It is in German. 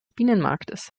binnenmarkts